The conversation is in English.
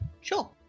Sure